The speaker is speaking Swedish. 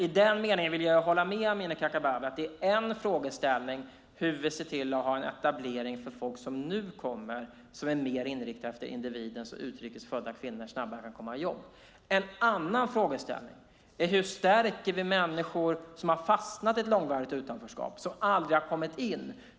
I den meningen vill jag hålla med Amineh Kakabaveh: Det är en frågeställning hur vi ser till att ha en etablering för folk som nu kommer som är mer inriktad på hur individen och utrikes födda kvinnor snabbare kan komma i jobb, och en annan frågeställning är hur vi stärker människor som har fastnat i ett långvarigt utanförskap och aldrig kommit in.